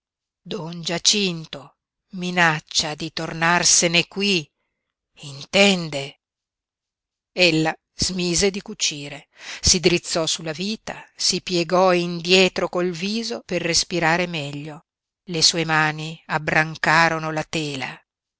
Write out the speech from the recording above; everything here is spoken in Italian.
don giacinto minaccia di tornarsene qui intende ella smise di cucire si drizzò sulla vita si piegò indietro col viso per respirare meglio le sue mani abbrancarono la tela